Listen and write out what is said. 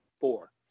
four